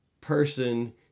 person